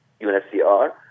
UNSCR